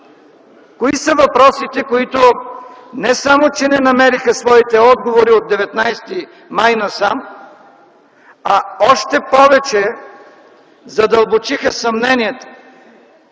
Кои са въпросите, които не само че не намериха своите отговори от 19 май насам, а още повече задълбочиха съмненията?